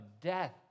death